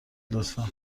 لطفا